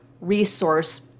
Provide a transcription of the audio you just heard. resource